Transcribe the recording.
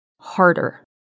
harder